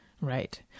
Right